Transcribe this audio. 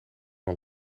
een